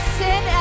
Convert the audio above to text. sin